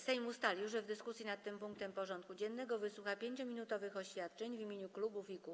Sejm ustalił, że w dyskusji nad tym punktem porządku dziennego wysłucha 5-minutowych oświadczeń w imieniu klubów i kół.